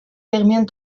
termine